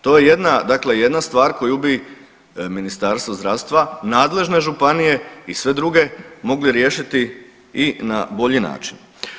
To je jedna, dakle jedna stvar koju bi Ministarstvo zdravstva nadležne županije i sve druge mogli riješiti i na bolji način.